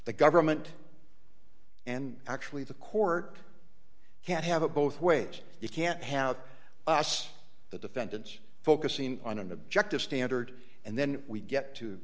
the government and actually the court can't have it both ways you can't have us the defendants focusing on an objective standard and then we get to